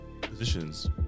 positions